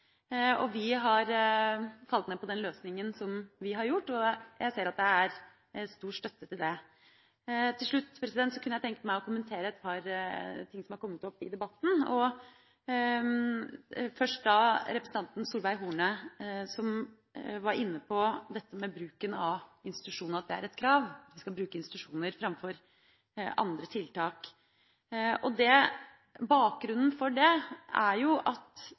Vi har falt ned på den løsninga vi har, og jeg ser at det er stor støtte for det. Til slutt kunne jeg tenke meg å kommentere et par ting som er kommet opp i debatten. Først til representanten Solveig Horne, som var inne på dette med bruken av institusjon – at det er et krav at vi skal bruke institusjoner framfor andre tiltak. Bakgrunnen for det er at